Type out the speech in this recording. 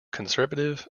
conservative